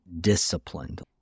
disciplined